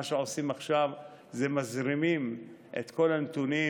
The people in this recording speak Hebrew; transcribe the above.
מה שעושים עכשיו זה מזרימים את כל הנתונים